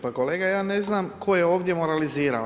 Pa kolega ja ne znam tko je ovdje moralizirao.